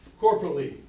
Corporately